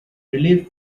relieved